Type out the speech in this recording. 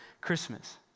Christmas